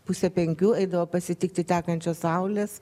pusę penkių eidavo pasitikti tekančios saulės